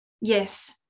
yes